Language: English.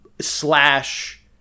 Slash